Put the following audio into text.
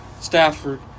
Stafford